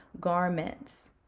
garments